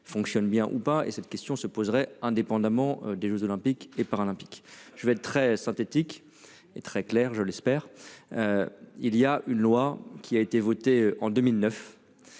fonctionne bien ou pas. Et cette question se poserait indépendamment des Jeux olympiques et paralympiques. Je vais très synthétique et très claire, je l'espère. Il y a une loi qui a été votée en 2009.